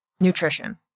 Nutrition